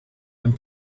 and